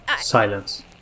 Silence